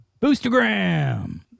Boostergram